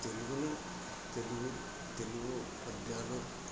తెలుగులో తెలుగు తెలుగు పద్యాలు